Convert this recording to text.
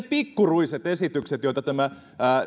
pikkuruisista esityksistä joita tämä